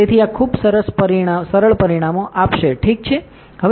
તેથી આ ખૂબ સરળ પરિણામો આપશે ઠીક છે